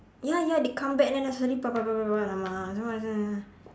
ya ya they come back then suddenly !alamak!